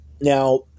Now